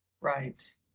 Right